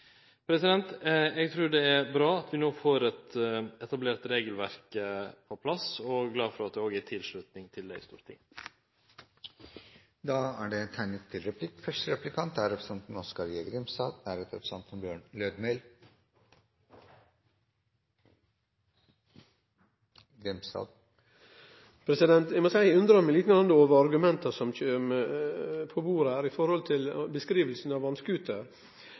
hopp. Eg trur det er bra at vi no får eit etablert regelverk på plass, og eg er glad for at det er tilslutning for det i Stortinget. Det blir replikkordskifte. Eg må seie at eg undrar meg litt over argumenta som kjem på bordet her med tanke på beskrivinga av vass-skuter. Statsrådens eiga beskriving av vass-skuter er ganske lik det ein kan finne i ei beskriving av